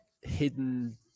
hidden